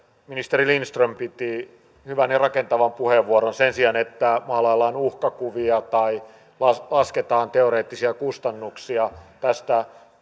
ministeri lindström piti hyvän ja rakentavan puheenvuoron sen sijaan että maalaillaan uhkakuvia tai lasketaan teoreettisia kustannuksia tästä